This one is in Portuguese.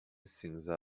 cinza